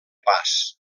pas